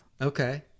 Okay